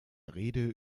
rede